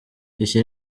iki